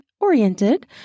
oriented